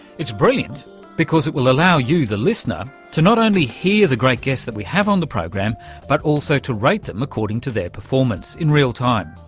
it's brilliant because it will allow you the listener to not only hear the great guests that we have on the program but also to rate them according to their performance in real time.